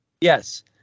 Yes